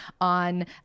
on